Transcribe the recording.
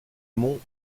monts